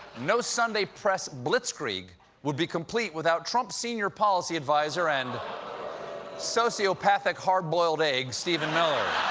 no sunday press blitzkrieg would be complete without trump senior policy advisor and societyiopathic hard-boiled egg stephen miller.